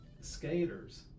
skaters